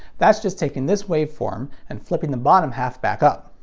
that's just taking this waveform and flipping the bottom half back up.